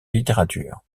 littérature